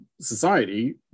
society